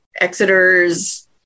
Exeter's